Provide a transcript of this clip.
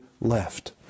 left